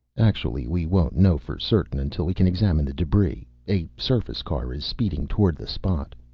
actually, we won't know for certain until we can examine the debris. a surface car is speeding toward the spot.